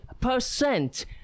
percent